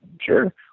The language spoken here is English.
sure